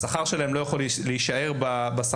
השכר שלהם לא יכול להישאר כזה,